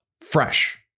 fresh